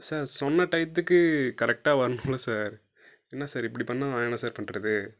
sir சொன்ன டைத்துக்கு கரெக்டாக வரணுல்ல சார் என்ன சார் இப்படி பண்ணால் நான் என்ன சார் பண்ணுறது